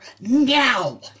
Now